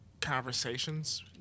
conversations